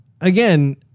again